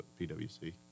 pwc